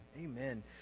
Amen